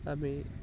আমি